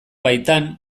baitan